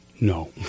No